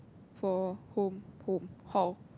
for home home hall